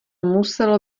muselo